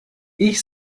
ich